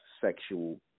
sexual